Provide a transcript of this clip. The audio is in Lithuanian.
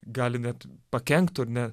gali net pakenktų ne